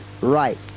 right